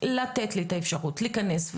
לתת לי את האפשרות להיכנס,